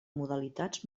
modalitats